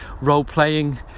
role-playing